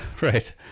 Right